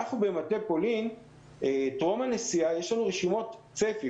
במטה פולין טרום הנסיעה יש לנו רשימות צפי.